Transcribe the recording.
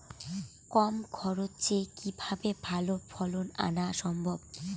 কম খরচে কিভাবে ভালো ফলন আনা সম্ভব?